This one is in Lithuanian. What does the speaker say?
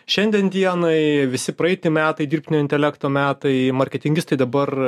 šiandien dienai visi praeiti metai dirbtinio intelekto metai marketingistai dabar